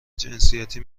جنسیتی